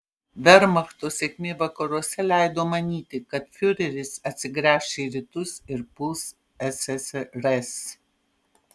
vermachto sėkmė vakaruose leido manyti kad fiureris atsigręš į rytus ir puls ssrs